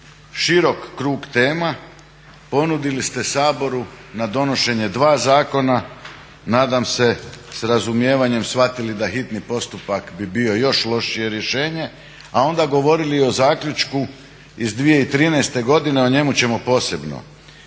širok krug tema, ponudili ste Saboru na donošenje dva zakona, nadam se s razumijevanjem shvatili da hitni postupak bi bio još lošije rješenje, a onda govorili o zaključku iz 2013.godine, a o njemu ćemo posebno.